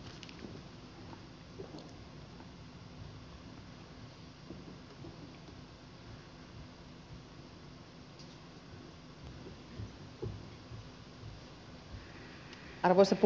arvoisa puhemies